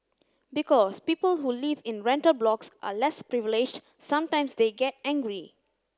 because people who live in rental blocks are less privileged sometimes they get angry